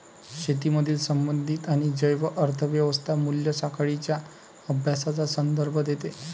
शेतीमधील संबंधित आणि जैव अर्थ व्यवस्था मूल्य साखळींच्या अभ्यासाचा संदर्भ देते